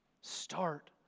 Start